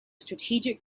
strategic